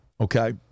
okay